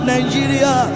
Nigeria